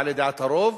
בעלי דעת הרוב,